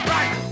Right